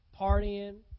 partying